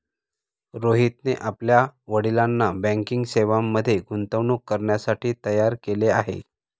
रोहितने आपल्या वडिलांना बँकिंग सेवांमध्ये गुंतवणूक करण्यासाठी तयार केले आहे